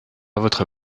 votre